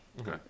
okay